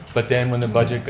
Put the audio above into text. but then when the budget,